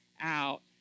out